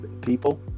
people